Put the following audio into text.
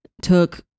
took